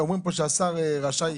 אומרים פה שהשר רשאי,